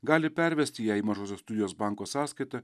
gali pervesti ją į mažosios studijos banko sąskaitą